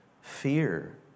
fear